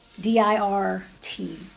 d-i-r-t